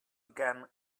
began